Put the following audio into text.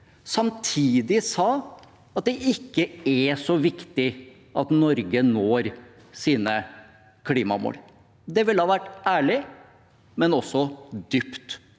samtidig sa at det ikke er så viktig at Norge når sine klimamål. Det ville vært ærlig, men også dypt